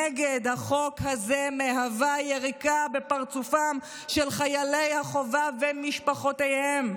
נגד החוק הזה מהווה יריקה בפרצופם של חיילי החובה ומשפחותיהם,